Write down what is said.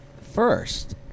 first